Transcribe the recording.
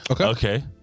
Okay